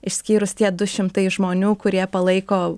išskyrus tie du šimtai žmonių kurie palaiko